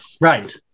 Right